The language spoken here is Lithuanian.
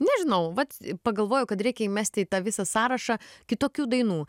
nežinau vat pagalvojau kad reikia įmesti į tą visą sąrašą kitokių dainų